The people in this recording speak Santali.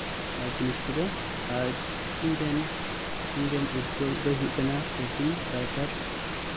ᱟᱨ ᱡᱤᱱᱤᱥ ᱠᱚᱫᱚ ᱟᱨ ᱤᱧ ᱨᱮᱱ ᱟᱨ ᱤᱧᱨᱮᱱ ᱩᱫᱜᱟᱹᱣ ᱤᱡ ᱫᱚ ᱦᱳᱭᱳᱜ ᱠᱟᱱᱟ ᱠᱮᱵᱷᱤᱱ ᱠᱟᱨᱥᱟᱨ